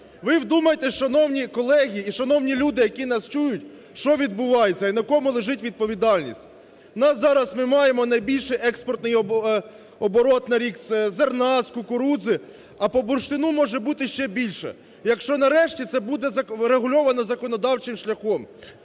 Ви вдумайтесь, шановні колеги і шановні люди, які нас чують, що відбувається і на кому лежить відповідальність. В нас зараз ми маємо найбільший експортний оборот на рік з зерна, з кукурудзи, а по бурштину може бути ще більше, якщо нарешті це буде врегульовано законодавчим шляхом.